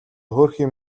хөөрхий